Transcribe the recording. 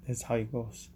that's how it goes